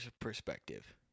perspective